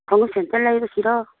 ꯈꯣꯡꯎꯞ ꯁꯦꯟꯇꯟ ꯂꯩꯔꯨꯁꯤꯔꯣ